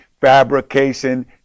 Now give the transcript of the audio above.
fabrication